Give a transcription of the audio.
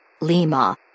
lima